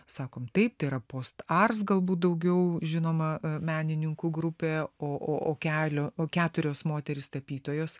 sakom taip tėra post ars galbūt daugiau žinoma menininkų grupė o kelio o keturios moterys tapytojos